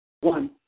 One